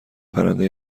پرنده